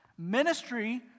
Ministry